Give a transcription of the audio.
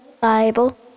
Bible